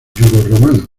romano